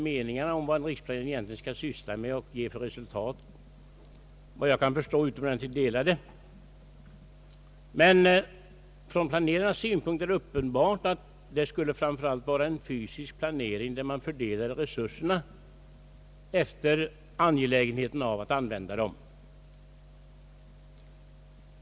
Meningarna om vad en riksplanering egentligen skall syssla med och ge för resultatet är tyvärr enligt vad jag kan förstå utomordentligt delade, men från planerarnas synpunkt är det uppenbart att det framför allt skulle vara fråga om en fysisk planering, varvid resurserna fördelades efter angelägenheten av de behov för vilka de skall användas.